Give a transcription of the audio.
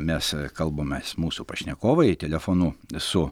mes kalbamės mūsų pašnekovai telefonu su